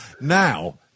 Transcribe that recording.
Now